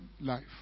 life